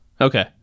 Okay